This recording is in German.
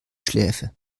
schläfe